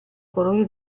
colore